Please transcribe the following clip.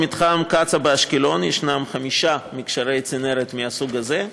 במתחם קצא"א באשקלון יש חמישה מקשרי צנרת מהסוג הזה,